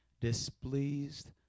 displeased